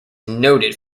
noted